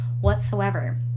whatsoever